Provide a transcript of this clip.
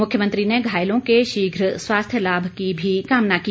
मुख्यमंत्री ने घायलों के शीघ्र स्वास्थ्य लाभ की कामना भी की